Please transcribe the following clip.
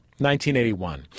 1981